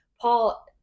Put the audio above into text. Paul